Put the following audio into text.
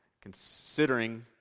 considering